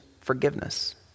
forgiveness